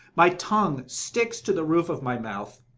my tongue sticks to the roof of my mouth.